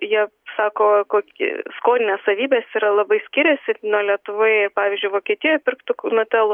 jie sako koki skoninės savybės yra labai skiriasi na lietuvoje ir pavyzdžiui vokietijoj pirktų nutelų